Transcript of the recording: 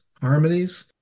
harmonies